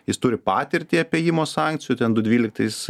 jis turi patirtį apėjimo sankcijų ten du dvyliktais